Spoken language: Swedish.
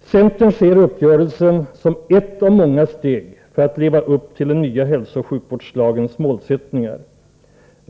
Centern ser uppgörelsen som en av många åtgärder för att leva upp till den nya hälsooch sjukvårdslagens målsättningar.